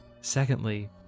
Secondly